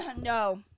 No